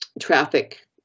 traffic